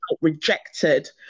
rejected